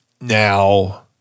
Now